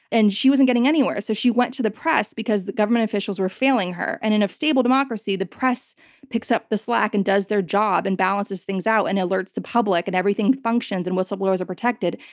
she wasn't getting anywhere, so she went to the press because the government officials were failing her. and in a stable democracy, the press picks up the slack and does their job and balances things out and alerts the public and everything functions and whistleblowers are protected.